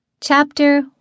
Chapter